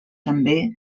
també